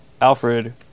Alfred